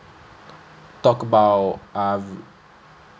talk about uh